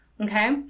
Okay